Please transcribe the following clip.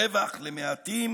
רווח למעטים